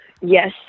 yes